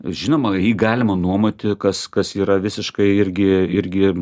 žinoma jį galima nuomoti kas kas yra visiškai irgi irgi